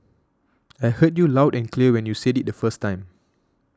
I heard you loud and clear when you said it the first time